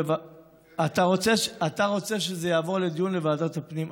אתה רוצה שזה יעבור לדיון בוועדת הפנים?